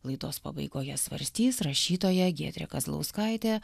laidos pabaigoje svarstys rašytoja giedrė kazlauskaitė